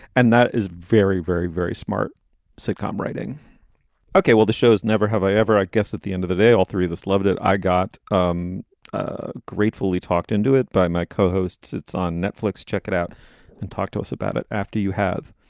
and that is very, very, very smart sitcom writing okay. well, the show's never have i ever i guess at the end of the day, all three of us loved it. i got. um ah gratefully talked into it by my co-hosts. it's on netflix. check it out and talk to us about it after you have.